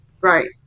right